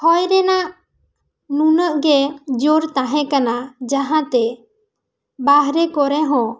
ᱦᱚᱭ ᱨᱮᱱᱟᱜ ᱱᱩᱱᱟᱹᱜ ᱜᱮ ᱡᱚᱨ ᱛᱟᱦᱮᱸ ᱠᱟᱱᱟ ᱡᱟᱦᱟᱸ ᱛᱮ ᱵᱟᱦᱨᱮ ᱠᱚᱨᱮ ᱦᱚᱸ